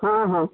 ହଁ ହଁ